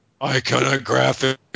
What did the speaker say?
iconographic